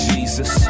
Jesus